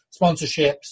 sponsorships